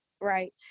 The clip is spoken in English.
right